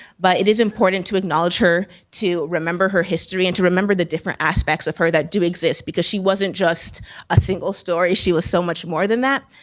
but it is important to acknowledge her, to remember her history and to remember the different aspects of her that do exist because she wasn't just a single story, she was so much more than that.